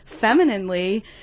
femininely